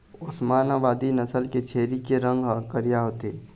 ओस्मानाबादी नसल के छेरी के रंग ह करिया होथे